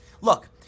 Look